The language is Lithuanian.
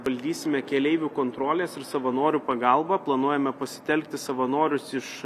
valdysime keleivių kontrolės ir savanorių pagalba planuojame pasitelkti savanorius iš